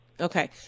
Okay